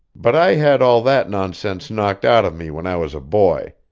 but i had all that nonsense knocked out of me when i was a boy.